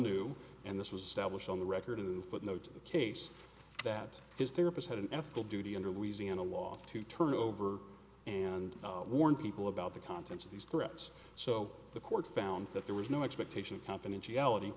knew and this was stablished on the record and footnote to the case that his therapist had an ethical duty under louisiana law to turn over and warn people about the contents of these threats so the court found that there was no expectation of confidentiality